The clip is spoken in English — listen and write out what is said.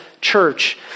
church